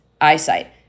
eyesight